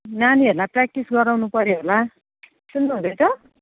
नानीहरूलाई प्र्याक्टिस गराउनुपर्यो होला सुन्नुहुँदैछ